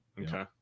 Okay